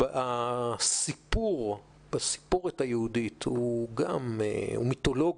הסיפור בסיפורת היהודית, הוא גם מיתולוגי,